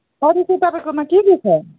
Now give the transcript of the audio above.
अरू चाहिँ तपाईँकोमा के के छ